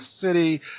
City